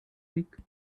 week